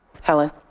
Helen